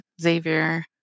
Xavier